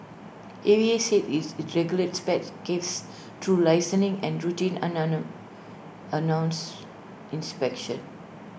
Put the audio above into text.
A V A said is regulates pet cafes through licensing and routine announced inspections